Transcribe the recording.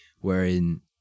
Wherein